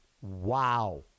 Wow